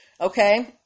okay